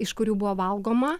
iš kurių buvo valgoma